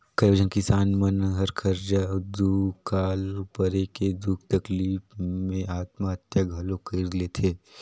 कयोझन किसान मन हर करजा अउ दुकाल परे के दुख तकलीप मे आत्महत्या घलो कइर लेथे